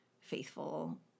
faithful